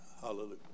Hallelujah